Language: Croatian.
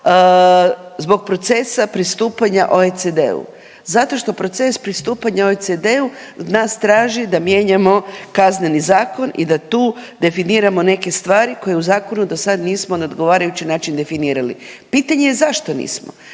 zbog procesa pristupanja OECS-u. Zato što proces pristupanja OECD-u nas traži da mijenjamo Kazneni zakon i da tu definiramo neke stvari koje u zakonu nismo dosad na odgovarajući način definirali. Pitanje je zašto nismo.